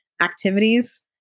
activities